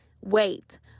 Wait